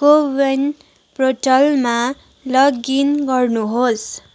को विन प्रोर्टलमा लगइन गर्नुहोस्